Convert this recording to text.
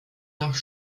nach